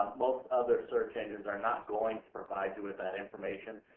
most other search engines are not going to provide you with that information.